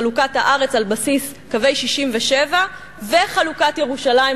חלוקת הארץ על בסיס קווי 67' וחלוקת ירושלים,